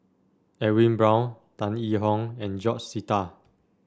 Edwin Brown Tan Yee Hong and George Sita